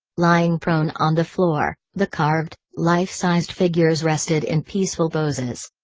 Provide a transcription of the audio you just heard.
lying prone on the floor, the carved, life-sized figures rested in peaceful poses.